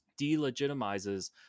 delegitimizes